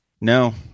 No